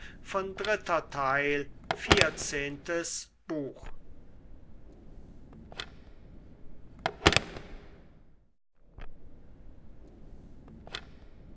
möchten vierzehntes buch